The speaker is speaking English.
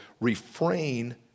refrain